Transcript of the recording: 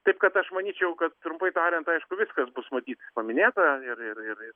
taip kad aš manyčiau kad trumpai tariant aišku viskas bus matyt paminėta ir ir ir